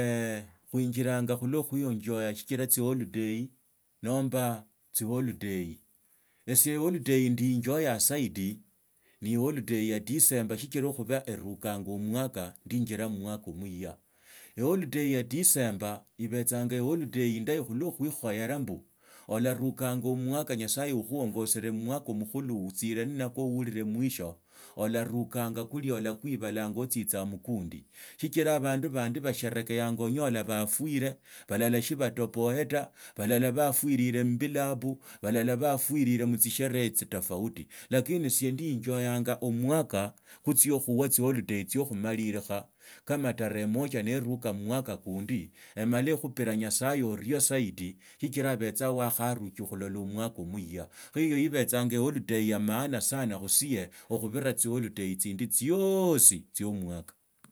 Khuinjilanga khuluso kwienjoya shikira tsioliday nomba asiholiday ndienjoyezaidi niie holiday ya disemba sichira khuba erukanga omwaka ndinjila mumwaka muiya eholiday ya disemba ibetsanga eholiday indayi khulwa khuikhoera mbu orarukanga ommwaka mkhulu otsie nnokwo uhurike mwisho olarukanga kulia olakuibalanga otsitsanga mukundi shikira abandu bandi basherakeanga onyala bafwire balala shibatoboe ta balala bafwiriye msbilabu balala bafwire mutsisherehe itsi tofauti lakini esie ndiinzoyanga omwaka kutsia khususa isiholiday isokhumala kama tarehe moja neruka mmwaka kundi emala ekhupita nyasaye orio zaidi sichira obetsa wakharuka khulola omwaka muiya kho iyo ibetsanga eholiday ya maana sana khusye okhubira tsiholiday tsindi tsiosi tsiomwaka.